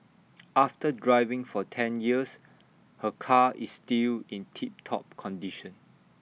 after driving for ten years her car is still in tip top condition